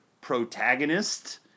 protagonist